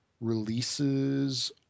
releases